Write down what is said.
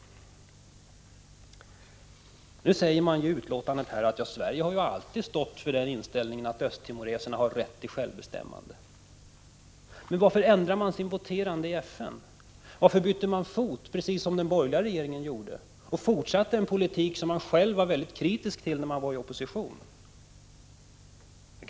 Nu sägs det i betänkandet att Sverige alltid har stått för inställningen att östtimoreserna har rätt till självbestämmande. Man varför ändrar man sitt sätt att votera i FN? Varför bytte man fot precis som den borgerliga regeringen gjorde och fortsatte en politik som man själv var mycket kritisk mot i oppositionsställning?